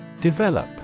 Develop